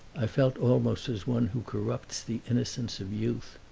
i felt almost as one who corrupts the innocence of youth.